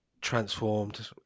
transformed